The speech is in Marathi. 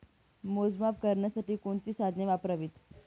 मोजमाप करण्यासाठी कोणती साधने वापरावीत?